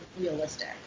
realistic